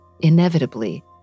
Inevitably